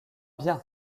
bien